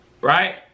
right